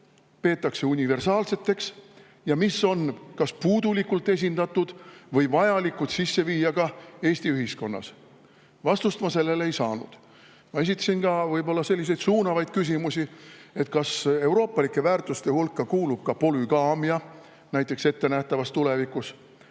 peetakse universaalseks ja mis on [Eestis] kas puudulikult esindatud või oleks vaja sisse viia ka Eesti ühiskonnas? Vastust ma sellele ei saanud. Ma esitasin ka võib-olla selliseid suunavaid küsimusi, et kas euroopalike väärtuste hulka kuulub ettenähtavas tulevikus